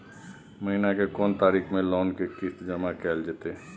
महीना के कोन तारीख मे लोन के किस्त जमा कैल जेतै?